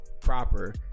proper